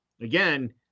Again